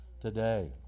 today